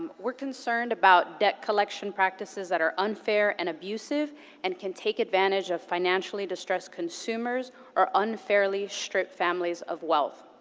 we're concerned about debt collection practices that are unfair and abusive and can take advantage of financially distressed consumers or unfairly strip families of wealth.